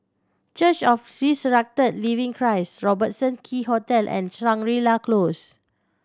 church of the Resurrected Living Christ Robertson Quay Hotel and Shangri La Close